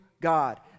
God